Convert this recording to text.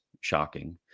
shocking